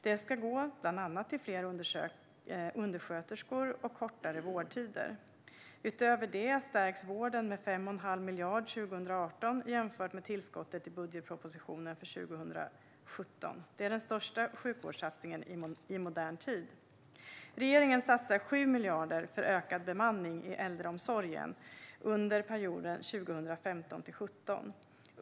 Det ska gå bland annat till fler undersköterskor och kortare vårdtider. Utöver detta stärks vården med 5 1⁄2 miljard 2018 jämfört med tillskottet i budgetpropositionen för 2017. Det är den största sjukvårdssatsningen i modern tid. Regeringen satsar 7 miljarder för ökad bemanning inom äldreomsorgen under perioden 2015-2017.